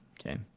Okay